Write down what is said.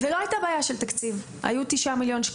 לא הייתה בעיה של תקציב היו כ-9 מיליון ₪